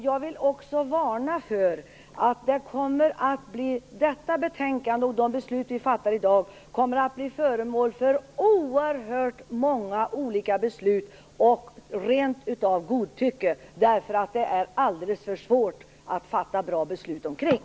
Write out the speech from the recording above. Jag vill också varna för att detta betänkande och de beslut riksdagen fattar i dag kommer att bli föremål för oerhört många olika beslut och rent av godtycke, därför att de är alldeles för svåra att fatta bra beslut omkring.